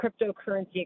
cryptocurrency